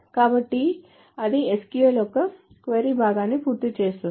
కాబట్టి అది SQL యొక్క క్వరీభాగాన్ని పూర్తి చేస్తుంది